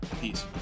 Peace